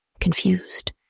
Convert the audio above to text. confused